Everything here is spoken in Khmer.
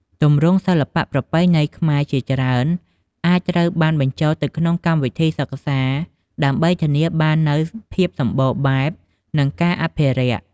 ទម្រង់សិល្បៈប្រពៃណីខ្មែរជាច្រើនអាចត្រូវបានបញ្ចូលទៅក្នុងកម្មវិធីសិក្សា ដើម្បីធានាបាននូវភាពសម្បូរបែប និងការអភិរក្ស។